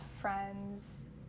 friends